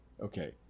Okay